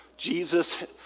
Jesus